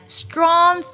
strong